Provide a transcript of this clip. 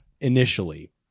initially